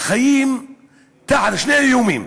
חיים תחת שני איומים: